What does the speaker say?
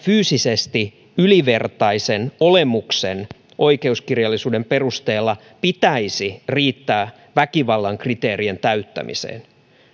fyysisesti ylivertaisen olemuksen oikeuskirjallisuuden perusteella pitäisi riittää väkivallan kriteerien täyttymiseen